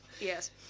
Yes